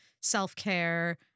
self-care